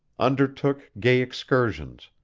undertook gay excursions,